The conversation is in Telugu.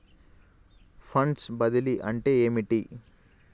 ఫండ్స్ బదిలీ అంటే ఏమిటి?